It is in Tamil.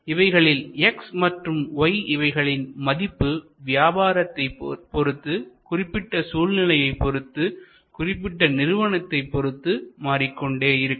இவைகளில் x மற்றும் y இவைகளின் மதிப்பு வியாபாரத்தை பொருத்து குறிப்பிட்ட சூழ்நிலையை பொறுத்து குறிப்பிட்ட நிறுவனத்தைப் பொறுத்து மாறிக்கொண்டே இருக்கும்